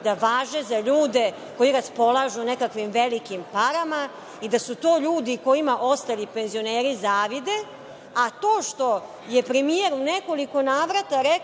da važe za ljude koji raspolažu nekakvim velikim parama i da su to ljudi kojima ostali penzioneri zavide. A to što je premijer u nekoliko navrata rekao